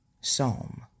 Psalm